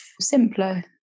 simpler